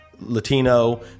Latino